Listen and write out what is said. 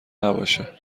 نباشه